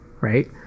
right